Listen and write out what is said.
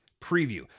preview